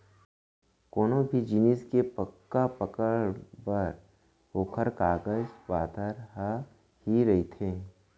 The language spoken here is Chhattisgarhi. कोनो भी जिनिस के पकड़ बर ओखर कागज पातर ह ही रहिथे